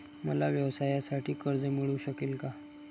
मला व्यवसायासाठी कर्ज मिळू शकेल का?